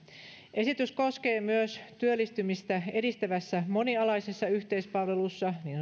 esitys koskee myös työllistymistä edistävässä monialaisessa yhteispalvelussa niin